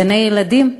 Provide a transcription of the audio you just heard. גני-ילדים,